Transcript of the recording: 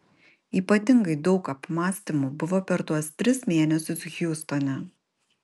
ypatingai daug apmąstymų buvo per tuos tris mėnesius hjustone